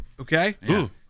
okay